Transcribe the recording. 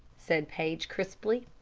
said paige, crisply.